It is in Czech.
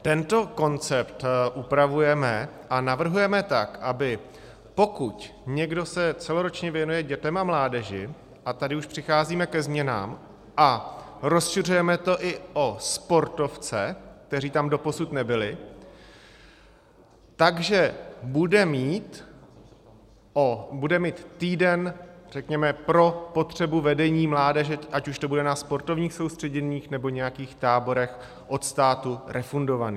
Tento koncept upravujeme a navrhujeme tak, aby pokud se někdo celoročně věnuje dětem a mládeži a tady už přicházíme ke změnám a rozšiřujeme to i o sportovce, kteří tam doposud nebyli tak bude mít týden, řekněme, pro potřebu vedení mládeže, ať už to bude na sportovních soustředěních, nebo nějakých táborech, od státu refundovaný.